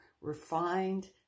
refined